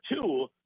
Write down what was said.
two